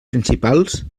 principals